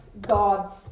God's